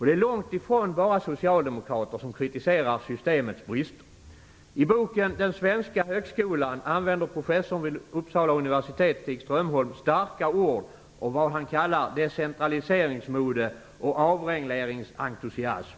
Det är långt ifrån bara socialdemokrater som kritiserar systemets brister. I boken Den svenska högskolan använder professorn vid Uppsala universitet Stig Strömholm starka ord om vad han kallar decentraliseringsmode och avregleringsentusiasm.